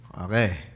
Okay